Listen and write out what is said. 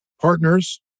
partners